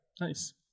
Nice